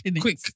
Quick